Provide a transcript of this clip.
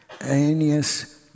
Aeneas